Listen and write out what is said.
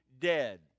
dead